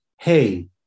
hey